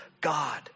God